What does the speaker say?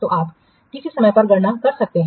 तो आप किस समय पर गणना कर सकते हैं